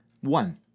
One